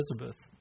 Elizabeth